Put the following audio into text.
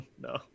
no